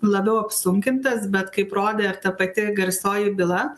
labiau apsunkintas bet kaip rodė ir ta pati garsioji byla